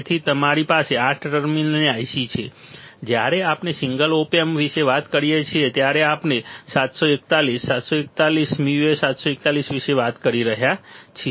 તેથી અમારી પાસે 8 ટર્મિનલની IC છે જ્યારે આપણે સિંગલ ઓપ એમ્પ વિશે વાત કરીએ છીએ જ્યારે આપણે uA741 વિશે વાત કરીએ છીએ